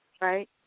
right